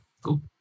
Cool